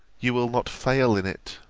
you will not fail in it.